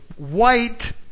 White